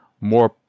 more